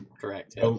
Correct